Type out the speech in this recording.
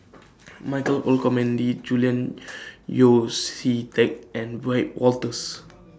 Michael Olcomendy Julian Yeo See Teck and Wiebe Wolters